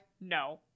No